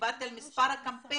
דיברתי על מספר הקמפיינים.